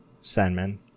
Sandman